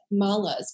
malas